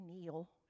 kneel